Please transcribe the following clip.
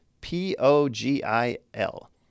P-O-G-I-L